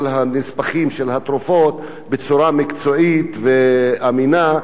הנספחים של התרופות בצורה מקצועית ואמינה,